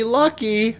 lucky